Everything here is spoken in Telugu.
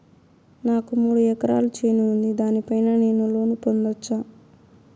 నాకు మూడు ఎకరాలు చేను ఉంది, దాని పైన నేను లోను పొందొచ్చా?